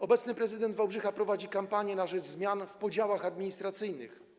Obecny prezydent Wałbrzycha prowadzi kampanię na rzecz zmian w podziałach administracyjnych.